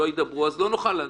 אז לא נוכל.